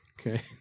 Okay